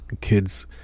kids